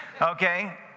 Okay